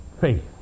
faith